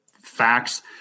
facts